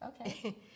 Okay